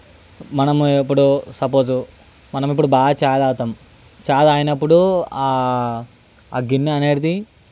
మనము ఇప్పుడు సపోజ్ మనం ఇప్పుడు బాగా చాయ్ తాగుతాం చాయ్ తాగినప్పుడు ఆ గిన్నె అనేటిది